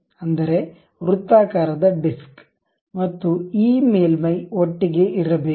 ಅಂದರೆ ವೃತ್ತಾಕಾರದ ಡಿಸ್ಕ್ ಮತ್ತು ಈ ಮೇಲ್ಮೈ ಒಟ್ಟಿಗೆ ಇರಬೇಕು